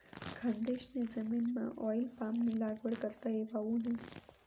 खानदेशनी जमीनमाऑईल पामनी लागवड करता येवावू नै